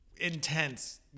intense